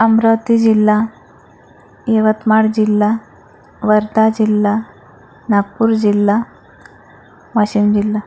अमरावती जिल्हा यवतमाळ जिल्हा वर्धा जिल्हा नागपूर जिल्हा वाशिम जिल्हा